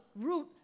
root